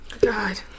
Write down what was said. God